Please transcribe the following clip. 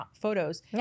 photos